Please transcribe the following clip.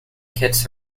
kits